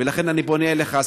ולכן אני פונה אליך,